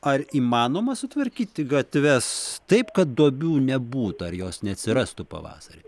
ar įmanoma sutvarkyti gatves taip kad duobių nebūtų ar jos neatsirastų pavasarį